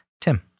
Tim